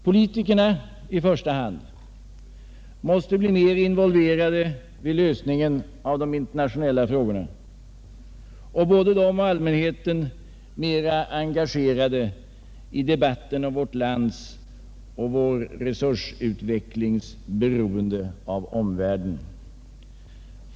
Politikerna i första hand måste bli mer involverade i lösningen av de internationella frågorna och både de och allmänheten mera engagerade i debatten om vårt lands och vår resursutvecklings beroende av omvärlden.